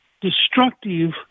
destructive –